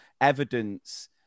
evidence